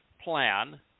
plan